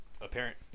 apparent